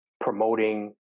promoting